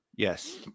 Yes